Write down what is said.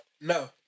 no